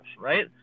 right